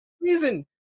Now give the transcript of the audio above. reason